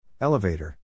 Elevator